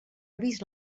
avís